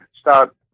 start